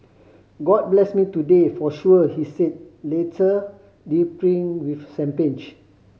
god blessed me today for sure he said later dripping with champagne